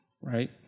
right